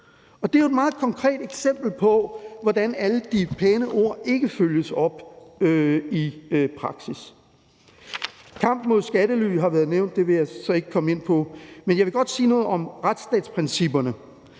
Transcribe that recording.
Det er jo et meget konkret eksempel på, hvordan alle de pæne ord ikke følges op i praksis. Kampen mod skattely har været nævnt, så det vil jeg så ikke komme ind på. Men jeg vil godt sige noget om retsstatsprincipperne,